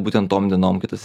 būtent tom dienom kai tas